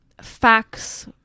Facts